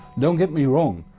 don't get me wrong,